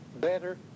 better